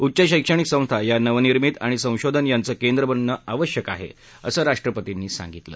उच्च शैक्षणिक संस्था या नवनिर्मिती आणि संशोधन यांचं केंद्र बनणं आवश्यक आहे असं राष्ट्रपती यावेळी म्हणाले